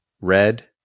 red